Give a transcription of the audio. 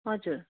हजुर